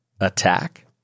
attack